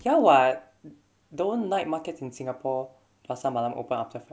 ya what don't night markets in singapore pasar malam open up to fi~